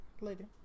Later